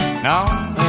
Now